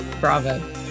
bravo